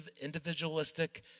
individualistic